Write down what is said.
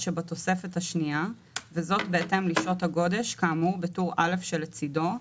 שבתוספת השנייה וזאת בהתאם לשעות הגודש כאמור בטור א' שלצידו,